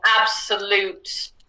absolute